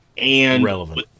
Relevant